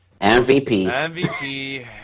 MVP